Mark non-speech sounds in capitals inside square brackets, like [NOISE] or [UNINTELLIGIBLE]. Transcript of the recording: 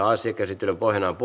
[UNINTELLIGIBLE] asia käsittelyn pohjana on